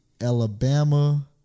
Alabama